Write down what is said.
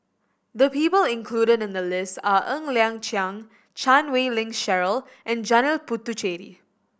the people included in the list are Ng Liang Chiang Chan Wei Ling Cheryl and Janil Puthucheary